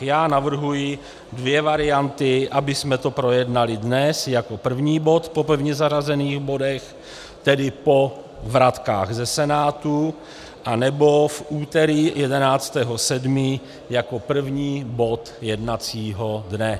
Já navrhuji dvě varianty abychom to projednali dnes jako první bod po pevně zařazených bodech, tedy po vratkách ze Senátu, nebo v úterý 11. 7. jako první bod jednacího dne.